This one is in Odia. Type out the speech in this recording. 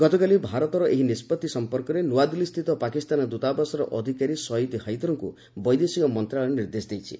ଗତକାଲି ଭାରତର ଏହି ନିଷ୍ପଭି ସଂପର୍କରେ ନୂଆଦିଲ୍ଲୀସ୍ଥିତ ପାକିସ୍ତାନ ଦୂତାବାସର ଅଧିକାରୀ ସଇଦି ହାଇଦରଙ୍କୁ ବୈଦେଶିକ ମନ୍ତ୍ରଣାଳୟ ନିର୍ଦ୍ଦେଶ ଦେଇଛି